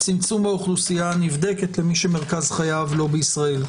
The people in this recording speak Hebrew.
צמצום לאוכלוסייה הנבדקת למי שמרכז חייו לא בישראל,